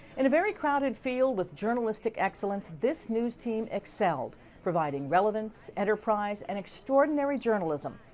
in a very crowded field with journalistic excellence this news team excelled providing relevance, enterprise and extraordinary journalism.